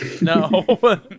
No